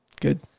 Good